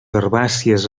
herbàcies